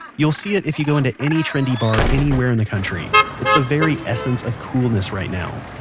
you'll see it if you go into any trendy bar anywhere in the country. it's the very essence of coolness right now.